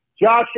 Josh